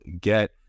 get